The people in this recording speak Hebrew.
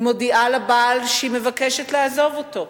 היא מודיעה לבעל שהיא מבקשת לעזוב אותו,